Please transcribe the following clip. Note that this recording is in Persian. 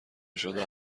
شده